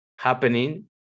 happening